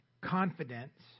confidence